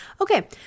Okay